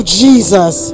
jesus